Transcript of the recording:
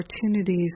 opportunities